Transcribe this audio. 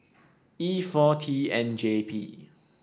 E four T N J P